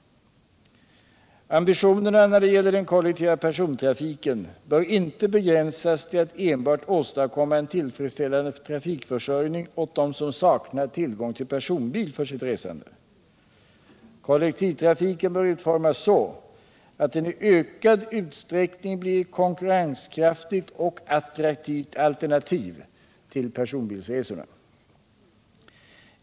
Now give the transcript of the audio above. Ambitionerna när det gäller den kollektiva persontrafiken bör inte begränsas till att enbart åstadkomma en tillfredsställande trafikförsörjning åt dem som saknar tillgång till personbil för sitt resande. Kollektivtrafiken bör utformas så att den i ökad utsträckning blir ett konkurrenskraftigt och attraktivt alternativ till personbilsresorna.